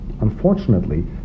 Unfortunately